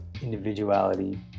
individuality